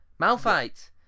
Malphite